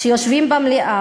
שיושבים במליאה,